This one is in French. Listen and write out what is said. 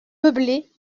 meublé